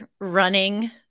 running